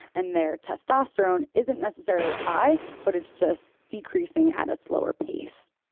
and their testosterone isn't necessarily high but it's just decreasing at a slower pace.